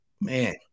Man